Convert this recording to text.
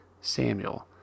Samuel